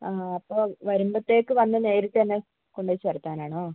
ആ അപ്പോൾ വരുമ്പോഴത്തേക്ക് വന്ന് നേരിട്ട് തന്നെ കൊണ്ട് പോയി ചേർക്കാൻ ആണോ